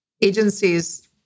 agencies